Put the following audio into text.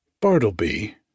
Bartleby